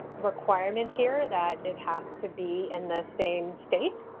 requirement here that it has to be in the same state.